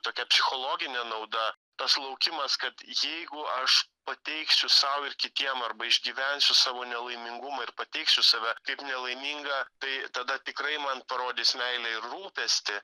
tokia psichologinė nauda tas laukimas kad jeigu aš pateiksiu sau ir kitiem arba išgyvensiu savo nelaimingumą ir pateiksiu save kaip nelaimingą tai tada tikrai man parodys meilę ir rūpestį